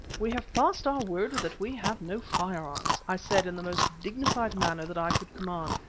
we have passed our word that we have no firearms, i said in the most dignified manner that i could command,